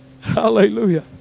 Hallelujah